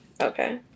Okay